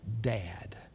dad